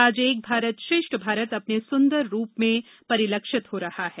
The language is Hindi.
आज एक भारत श्रेष्ठ भारत अपने सुन्दर रूप में परिलक्षित हो रहा है